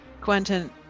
quentin